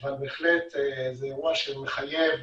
אבל בהחלט זה אירוע שמחייב,